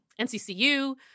NCCU